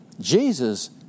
Jesus